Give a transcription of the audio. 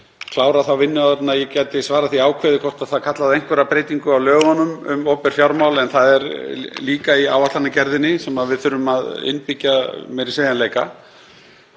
klára þá vinnu áður en ég get svarað því ákveðið hvort það kalli á einhverja breytingu á lögunum um opinber fjármál. En það er líka í áætlanagerðinni sem við þurfum að innbyggja meiri sveigjanleika.